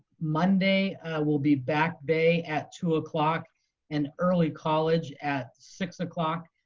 monday will be back bay at two o'clock and early college at six o'clock.